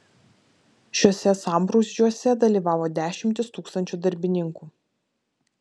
šiuose sambrūzdžiuose dalyvavo dešimtys tūkstančių darbininkų